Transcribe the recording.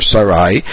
Sarai